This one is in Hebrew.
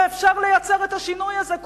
ואפשר לייצר את השינוי הזה.